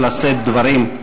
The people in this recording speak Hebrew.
לשאת דברים.